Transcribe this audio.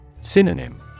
Synonym